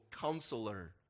counselor